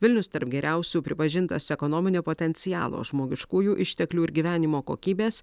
vilnius tarp geriausių pripažintas ekonominio potencialo žmogiškųjų išteklių ir gyvenimo kokybės